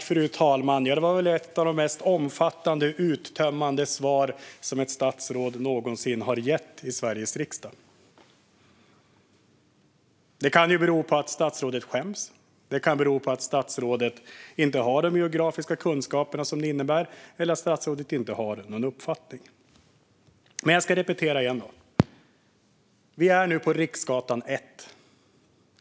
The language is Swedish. Fru talman! Det var ett av de mest omfattande och uttömmande svar ett statsråd någonsin gett i Sveriges riksdag. Detta kan bero på att statsrådet skäms, att statsrådet inte har de geografiska kunskaperna eller att statsrådet inte har någon uppfattning. Låt mig repetera. Vi är nu på Riksgatan 1.